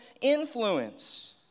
influence